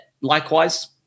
Likewise